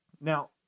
Now